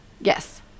Yes